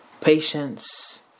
patience